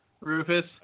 Rufus